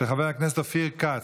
של חבר הכנסת אופיר כץ,